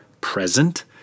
present